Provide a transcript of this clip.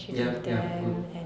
yup yup good